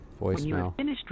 Voicemail